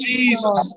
Jesus